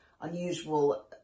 unusual